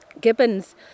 Gibbons